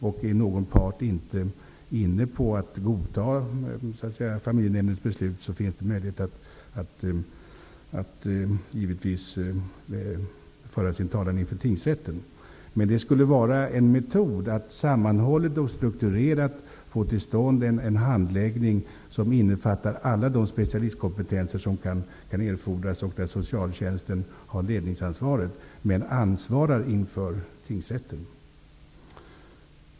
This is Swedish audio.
Om någon part inte vill godta familjenämndens beslut, finns det givetvis möjlighet att föra sin talan inför tingsrätten. Men detta skulle vara en metod att sammanhållet och strukturerat få till stånd en handläggning som innefattar alla de specialistkompetenser som kan erfordras och där socialtjänsten har ledningsansvaret men ansvarar inför tingsrätten.